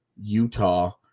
Utah